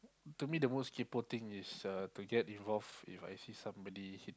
to me the most kaypo thing is uh to get involved If I see somebody hit